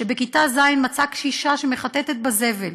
שבהיותה בכיתה ז' מצאה קשישה שמחטטת בזבל,